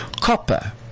Copper